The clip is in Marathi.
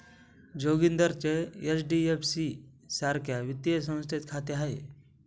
जोगिंदरचे एच.डी.एफ.सी सारख्या वित्तीय संस्थेत खाते आहे